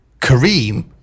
Kareem